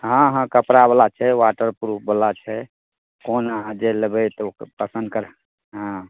हँ हँ कपड़ावला छै वाटर प्रूफवला छै कोन अहाँ जे लेबे तऽ ओ पसन्द करै हँ